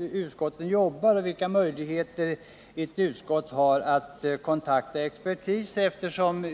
utskotten jobbar och vilka möjligheter ett utskott har att kontakta expertis.